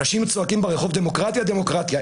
אנשים צועקים ברחוב דמוקרטיה, דמוקרטיה.